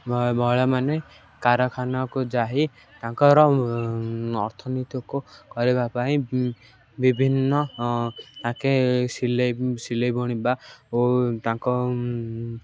ମହିଳାମାନେ କାରଖାନାକୁ ଯାଇ ତାଙ୍କର ଅର୍ଥନୀତିକୁ କରିବା ପାଇଁ ବିଭିନ୍ନ ତାଙ୍କେ ସିଲେଇ ସିଲେଇ ବୁଣିବା ଓ ତାଙ୍କ